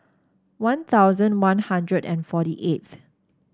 One Thousand One Hundred and forty eighth